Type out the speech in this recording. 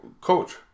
coach